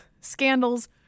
scandals